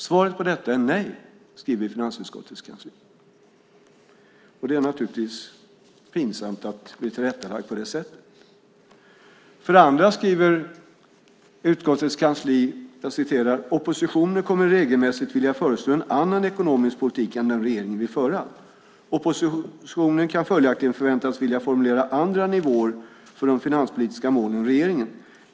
Svaret på detta är nej, skriver finansutskottets kansli. Det är naturligtvis pinsamt att bli tillrättalagd på det sättet. För det andra skriver utskottets kansli: Oppositionen kommer regelmässigt att vilja föreslå en annan ekonomisk politik än den regeringen vill föra. Oppositionen kan följaktligen förväntas vilja formulera andra nivåer för de finanspolitiska målen än regeringen.